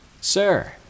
Sir